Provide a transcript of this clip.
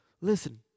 Listen